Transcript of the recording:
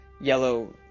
yellow